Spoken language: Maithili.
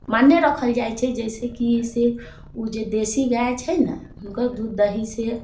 माने राखल जाइत छै जैसेकि से ओ जे देशी गाए छै ने हुनकर दूध दहीसँ